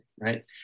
right